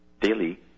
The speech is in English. daily